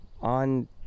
on